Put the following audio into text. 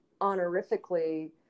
honorifically